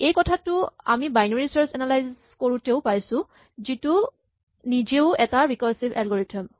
এইটো কথা আমি বাইনেৰী চাৰ্চ এনালাইজ কৰোতেও পাইছো যিটো নিজেও এটা ৰিকাৰছিভ এলগৰিথম